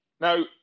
Now